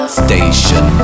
station